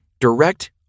Direct